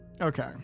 Okay